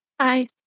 Hi